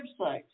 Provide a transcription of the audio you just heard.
website